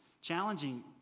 challenging